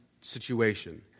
situation